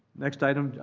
next item?